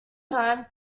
time